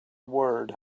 word